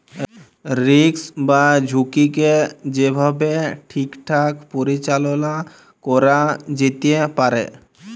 risk বা ঝুঁকিকে যে ভাবে ঠিকঠাক পরিচাললা ক্যরা যেতে পারে